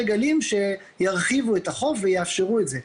הגלים שירחיבו את החוף ויאפשרו את זה.